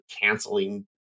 canceling